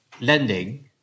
lending